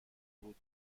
بود